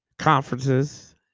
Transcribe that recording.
conferences